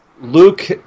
Luke